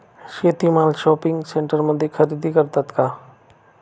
शेती माल शॉपिंग सेंटरमध्ये खरेदी करतात का?